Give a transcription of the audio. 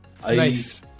Nice